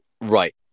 Right